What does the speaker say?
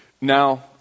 Now